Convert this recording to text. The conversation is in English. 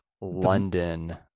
london